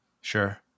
Sure